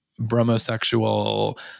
bromosexual